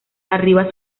arriba